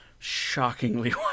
shockingly